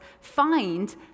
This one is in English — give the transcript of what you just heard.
find